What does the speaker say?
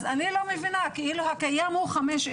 אז אני לא מבינה, כאילו הקיים הוא 15,